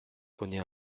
connait